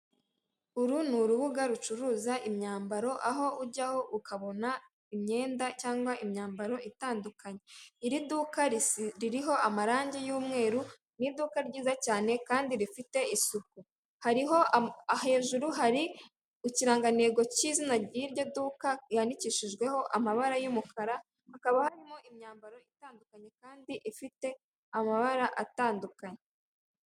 Uru ni urubuga rucuruza imyambaro aho ujyaho ukabona imyenda cyangwa imyambaro itandukanye ,iri duka ririho amarangi y'umweru ni iduka ryiza cyane kandi rifite isuku hejuru hari ikirangantego cy'zina ry'iryo duka handikishijweho amabara y'umukara hakaba harimo imyambaro itandukanye kandi ifite amabara atandukanye.